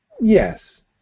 Yes